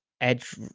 edge